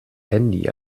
handy